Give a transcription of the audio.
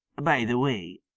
by the way,